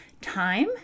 time